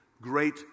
great